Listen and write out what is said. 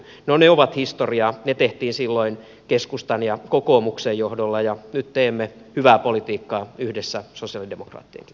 no ne ovat historiaa ne tehtiin silloin keskustan ja kokoomuksen johdolla ja nyt teemme hyvää politiikkaa yhdessä sosialidemokraattienkin kanssa